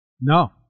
No